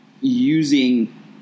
using